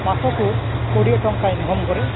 ମାସକୁ କୋଡ଼ିଏ ଟଙ୍କା ଇନକମ୍ କରେ